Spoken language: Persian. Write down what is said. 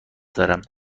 دارم